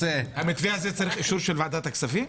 המתווה הזה צריך אישור של ועדת הכספים?